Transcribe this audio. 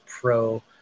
pro-